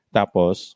tapos